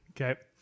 Okay